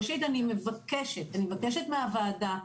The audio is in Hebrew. ראשית אני מבקשת מהוועדה,